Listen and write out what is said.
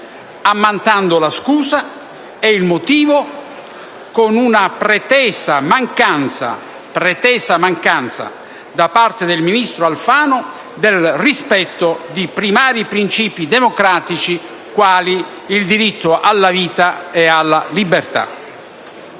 ammantando la scusa e il motivo con una pretesa mancanza da parte del ministro Alfano del rispetto di primari principi democratici quali il diritto alla vita e alla libertà.